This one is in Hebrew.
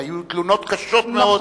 היו תלונות קשות מאוד,